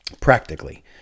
practically